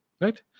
right